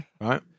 right